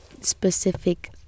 specific